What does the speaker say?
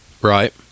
right